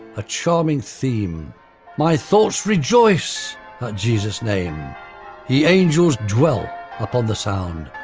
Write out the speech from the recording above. a charming theme my thoughts rejoice at jesus' name ye angels, dwell upon the sound!